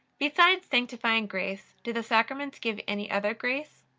besides sanctifying grace do the sacraments give any other grace?